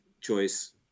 choice